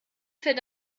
fällt